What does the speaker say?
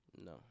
No